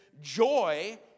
joy